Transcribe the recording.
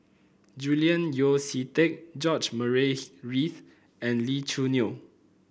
Julian Yeo See Teck George Murray Reith and Lee Choo Neo